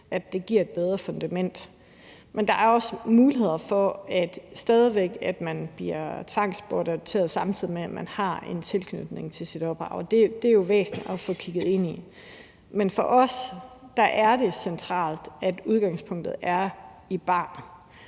det giver et bedre fundament. Men der er også muligheder for, at man stadig væk bliver tvangsbortadopteret, samtidig med at man har en tilknytning til sit ophav. Og det jo væsentligt at få kigget ind i. Men for os er det centralt, at udgangspunktet er barnet.